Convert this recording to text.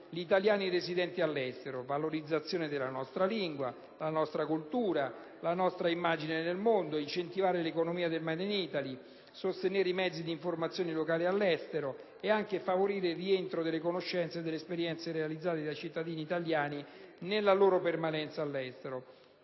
gli italiani residenti all'estero: valorizzare la nostra lingua, la nostra cultura, la nostra immagine nel mondo, incentivare l'economia del *made in Italy*, sostenere i mezzi di informazione locali all'estero e anche favorire il rientro delle conoscenze e delle esperienze realizzate dai cittadini italiani nella loro permanenza all'estero.